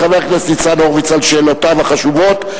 ולחבר הכנסת ניצן הורוביץ על שאלותיו החשובות.